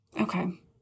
Okay